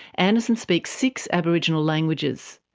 anderson speaks six aboriginal languages.